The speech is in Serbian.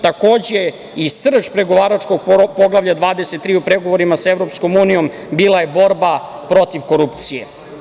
Takođe, i srž pregovaračkog Poglavlja 23. u pregovorima sa EU bila je borba protiv korupcije.